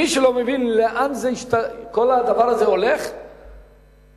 מי שלא מבין לאן כל הדבר הזה הולך פשוט